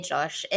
Josh